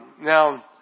Now